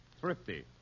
Thrifty